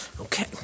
Okay